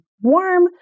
warm